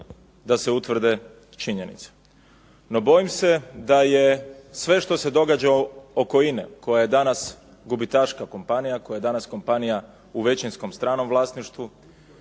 da se utvrde činjenice. No bojim se da je sve što se događa oko Ina-e koja je danas gubitaška kompanija, koja je danas kompanija u većinskom stranom vlasništvu